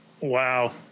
Wow